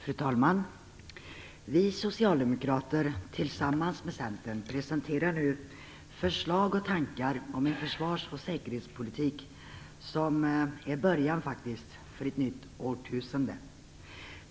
Fru talman! Vi socialdemokrater presenterar nu tillsammans med Centern förslag och tankar om en försvars och säkerhetspolitik som faktiskt är början för ett nytt årtusende.